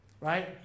Right